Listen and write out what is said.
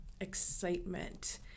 excitement